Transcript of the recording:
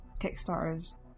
Kickstarters